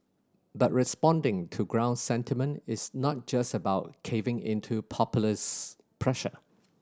but responding to ground sentiment is not just about caving into populist pressure